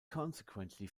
consequently